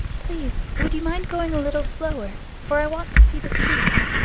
please, would you mind going a little slower, for i want to see the streets?